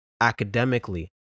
academically